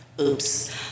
Oops